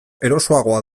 erosoagoa